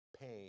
Pain